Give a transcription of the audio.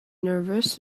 nervous